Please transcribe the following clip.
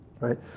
right